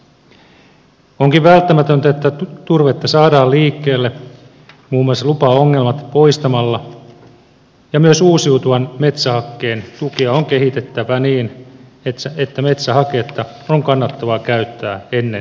onkin välttämätöntä että turvetta saadaan liikkeelle muun muassa lupaongelmat poistamalla ja myös uusiutuvan metsähakkeen tukia on kehitettävä niin että metsähaketta on kannattavaa käyttää ennen kivihiiltä